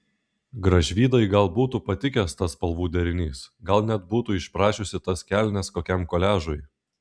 gražvydai gal būtų patikęs tas spalvų derinys gal net būtų išprašiusi tas kelnes kokiam koliažui